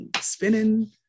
spinning